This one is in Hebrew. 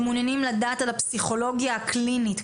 אנחנו מעוניינים לדעת על הפסיכולוגיה הקלינית,